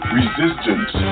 resistance